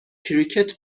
کریکت